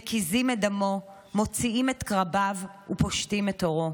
מקיזים את דמו, מוציאים את קרביו ופושטים את עורו.